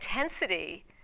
intensity